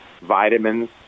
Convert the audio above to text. vitamins